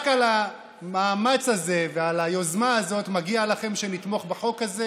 רק על המאמץ הזה ועל היוזמה הזאת מגיע לכם שנתמוך בחוק הזה,